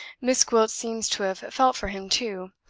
miss gwilt seems to have felt for him too.